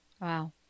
Wow